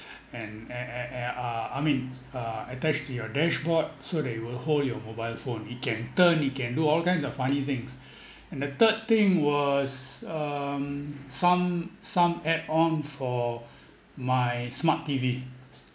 and and and and uh I mean uh attach to your dashboard so that it will hold your mobile phone it can turn it can do all kinds of funny things and the third thing was um some some add-on for my smart T_V